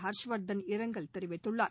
ஹர்ஷ் வர்தன் இரங்கல் தெரிவித்துள்ளார்